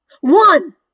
One